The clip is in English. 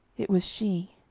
it was she.